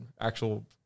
actual